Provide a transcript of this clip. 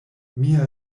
mia